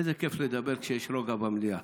איזה כיף לדבר כשיש רוגע במליאה.